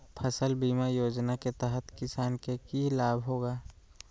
फसल बीमा योजना के तहत किसान के की लाभ होगा?